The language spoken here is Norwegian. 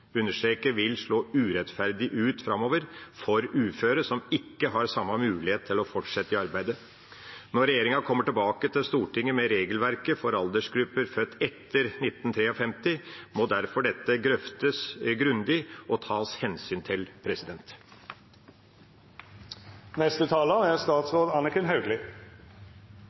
understreke at lik levealdersjustering for uføre og arbeidsføre vil slå urettferdig ut – jeg understreker: vil slå urettferdig ut – framover for uføre som ikke har samme mulighet til å fortsette i arbeidet. Når regjeringa kommer tilbake til Stortinget med regelverket for aldersgrupper født etter 1953, må dette derfor drøftes grundig og tas hensyn til.